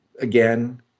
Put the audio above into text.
again